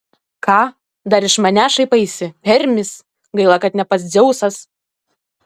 ką dar iš manęs šaipaisi hermis gaila kad ne pats dzeusas